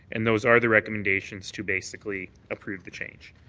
and those are the recommendations to basically approve the change.